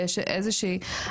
ויש איזו שהיא,